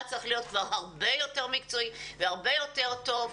צריך להיות כבר הרבה יותר מקצועי והרבה יותר טוב.